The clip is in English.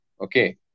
Okay